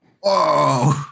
whoa